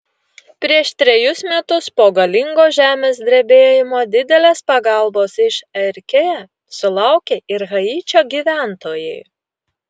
prieš trejus metus po galingo žemės drebėjimo didelės pagalbos iš rk sulaukė ir haičio gyventojai